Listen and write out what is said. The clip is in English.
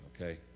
okay